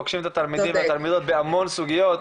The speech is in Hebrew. פוגשים את התלמידים והתלמידות בהמון סוגיות.